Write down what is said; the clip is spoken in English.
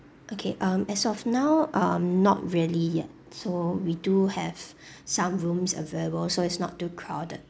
okay um as of now um not really yet so we do have some rooms available so it's not too crowded